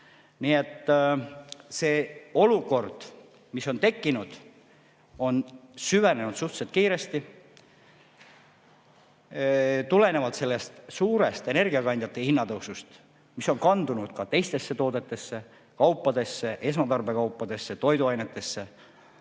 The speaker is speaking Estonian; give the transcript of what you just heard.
Nii et see olukord, mis on tekkinud, on süvenenud suhteliselt kiiresti. Tulenevalt energiakandjate hindade suurest tõusust, mis on kandunud teistesse toodetesse, kaupadesse, esmatarbekaupadesse, toiduainetesse,